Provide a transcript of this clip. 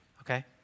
Okay